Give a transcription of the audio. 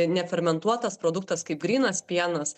ne fermentuotas produktas kaip grynas pienas